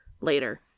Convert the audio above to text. Later